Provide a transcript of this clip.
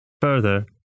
further